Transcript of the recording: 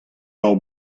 hor